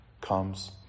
comes